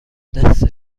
دست